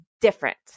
different